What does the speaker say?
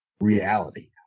reality